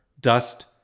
dust